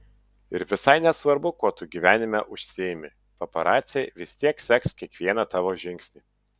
ir visai nesvarbu kuo tu gyvenime užsiimi paparaciai vis tiek seks kiekvieną tavo žingsnį